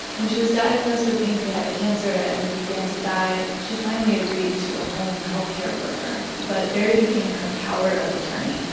when she was diagnosed with pancreatic cancer and began to die, she finally agreed to a home healthcare worker but barry became her power of attorney.